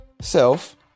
self